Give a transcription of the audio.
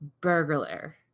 Burglar